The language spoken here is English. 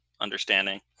understanding